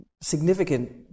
significant